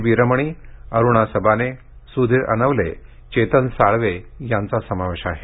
वीरमणी अरुणा सबाने सुधीर अनवले चेतन साळवे यांचा समावेश आहे